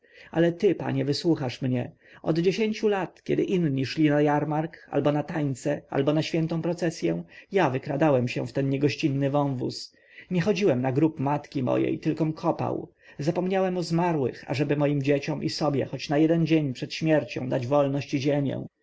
ale ty panie wysłuchasz mnie od dziesięciu lat kiedy inni szli na jarmark albo na tańce albo na świętą procesję ja wykradałem się w ten niegościnny wąwóz nie chodziłem na grób matki mojej tylkom kopał zapomniałem o zmarłych ażeby moim dzieciom i sobie choć na jeden dzień przed śmiercią dać wolność i ziemię